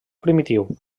primitiu